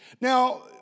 Now